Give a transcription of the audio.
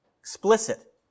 explicit